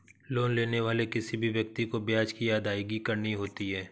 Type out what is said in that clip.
loan लेने वाले किसी भी व्यक्ति को ब्याज की अदायगी करनी होती है